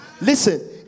Listen